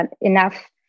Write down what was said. enough